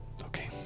Okay